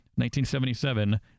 1977